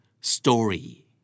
Story